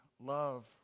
love